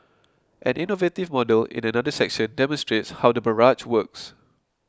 an innovative model in another section demonstrates how the barrage works